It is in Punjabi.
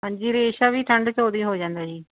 ਹਾਂਜੀ ਰੇਸ਼ਾ ਵੀ ਠੰਡ ਤੋਂ ਹੀ ਹੋ ਜਾਂਦਾ ਜੀ